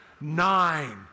nine